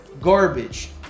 garbage